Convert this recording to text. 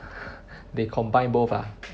they combine both ah